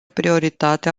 prioritate